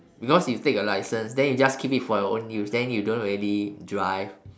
because you take a license then you just keep it for your own use then you don't really drive